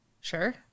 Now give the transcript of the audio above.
sure